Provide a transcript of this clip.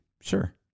sure